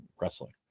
wrestling